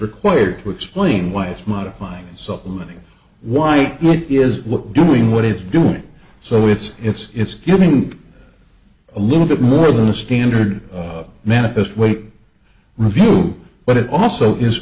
required to explain why it's modifying supplementing why what is what doing what it's doing so it's it's it's giving a little bit more than a standard manifest weight review but it also is